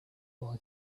boy